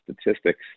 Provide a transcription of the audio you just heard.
statistics